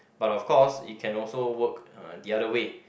but of course it can also work the other way